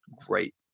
great